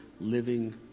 living